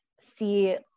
see